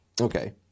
Okay